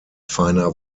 feiner